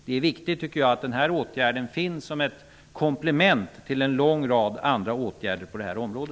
Det är viktigt att denna åtgärd finns som ett komplement till en lång rad andra åtgärder på detta område.